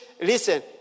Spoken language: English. listen